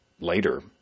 later